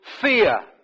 fear